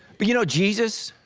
but you know jesus,